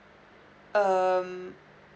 um